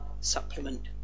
supplement